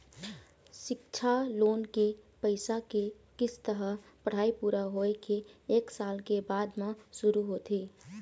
सिक्छा लोन के पइसा के किस्त ह पढ़ाई पूरा होए के एक साल के बाद म शुरू होथे